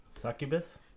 succubus